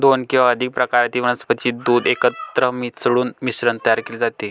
दोन किंवा अधिक प्रकारातील वनस्पतीचे दूध एकत्र मिसळून मिश्रण तयार केले जाते